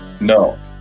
no